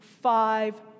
five